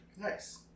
Nice